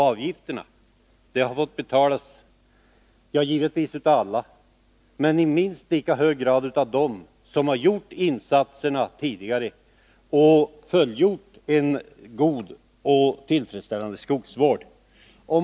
Avgifterna har givetvis fått betalas av alla, men då i minst lika hög grad av dem som tidigare fullgjort kraven på insatser för en god och tillfredsställande skogsvård.